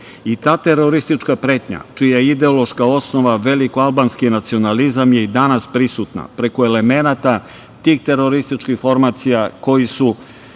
Ta teroristička pretnja čija je ideološka osnova velikoalbanski nacionalizam je i danas prisutna, preko elemenata tih terorističkih formacija koji su